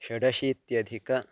षडशीत्यधिकं